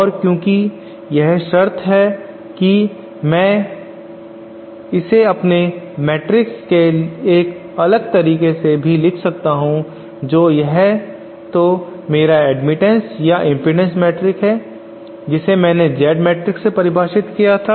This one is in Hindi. और क्योंकि यह शर्त है कि मैं इसे अपने मैट्रिक्स के एक अलग तरीके से भी लिख सकता हूं जो या तो मेरा एडमिटन्स या इम्पीडेन्स मैट्रिक्स है जिसे मैंने Z मैट्रिक्स से परिभाषित किया था